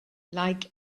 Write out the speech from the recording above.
like